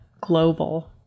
global